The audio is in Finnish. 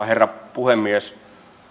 herra puhemies